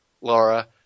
Laura